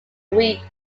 weeks